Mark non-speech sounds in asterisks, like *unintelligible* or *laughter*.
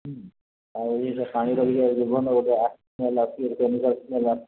ଆଉ *unintelligible* ପାାଣିର ଇଏ ବିଭିନ୍ନ ଗୋଟେ ସ୍ମେଲ୍ ଆସୁଛି କେମିକାଲ୍ ଇଏ